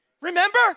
Remember